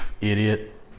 Idiot